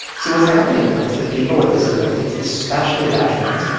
so what's happening was that people with disabilities, especially veterans,